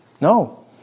No